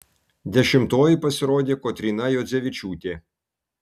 dešimtoji pasirodė kotryna juodzevičiūtė